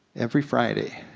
every friday,